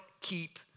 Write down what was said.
keep